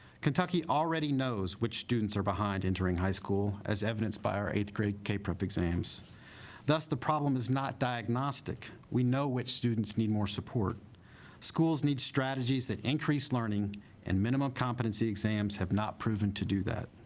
kentucky already knows which students are behind entering high school as evidenced by our eighth grade k prep exams thus the problem is not diagnostic we know which students need more support schools need strategies that increase learning and minimum competency exams have not proven to do that